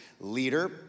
leader